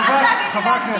חברי הכנסת.